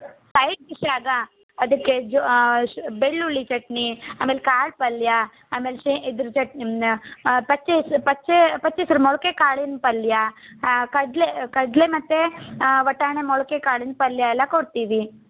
side ಡಿಶ್ಶಾಗ ಅದಕ್ಕೆ ಜೋ ಶು ಬೆಳ್ಳುಳ್ಳಿ ಚಟ್ನಿ ಆಮೇಲೆ ಕಾಳು ಪಲ್ಯ ಆಮೇಲೆ ಶೆ ಇದ್ರ ಚಟ್ನಿ ಪಚ್ಚೆ ಹೆಸರು ಪಚ್ಚೆ ಪಚ್ಚೆಸ್ರು ಮೊಳಕೆ ಕಾಳಿನ ಪಲ್ಯ ಕಡಲೆ ಕಡಲೆ ಮತ್ತು ಬಟಾಣಿ ಮೊಳಕೆ ಕಾಳಿನ ಪಲ್ಯ ಎಲ್ಲ ಕೊಡ್ತೀವಿ